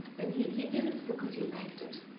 and he he did it because he liked it.